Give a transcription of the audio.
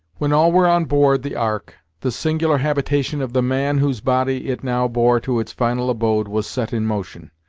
when all were on board the ark, the singular habitation of the man whose body it now bore to its final abode, was set in motion.